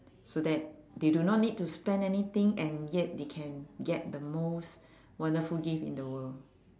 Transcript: so that they do not need to spend anything and yet they can get the most wonderful gift in the world